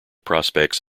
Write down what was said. prospects